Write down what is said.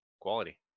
quality